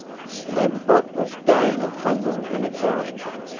slim buck was dying of hunger and exhaustion.